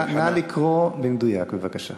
נא לקרוא במדויק, בבקשה.